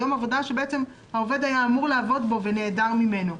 בעצם העובד היה אמור לעבוד בו, והוא נעדר ממנו.